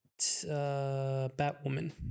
Batwoman